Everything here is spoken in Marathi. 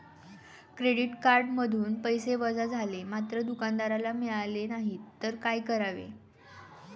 क्रेडिट कार्डमधून पैसे वजा झाले मात्र दुकानदाराला मिळाले नाहीत तर काय करावे?